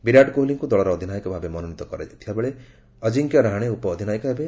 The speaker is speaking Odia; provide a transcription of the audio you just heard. ବିରାଟ କୋହଲିଙ୍କୁ ଦଳର ଅଧିନାୟକ ଭାବେ ମନୋନୀତ କରାଯାଇଥିବାବେଳେ ଅଜିଙ୍କ୍ୟ ରାହାଣେ ଉପ ଅଧିନାୟକ ହେବେ